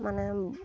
মানে